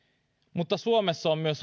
mutta suomessa on myös